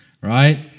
Right